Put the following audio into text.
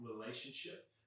relationship